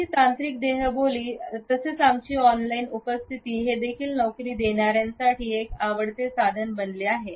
आमचीतांत्रिक देहबोली तसेच आमची ऑनलाईन उपस्थिती हे देखील नोकरी देणाऱ्यांसाठी एक आवडते साधन बनले आहे